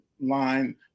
line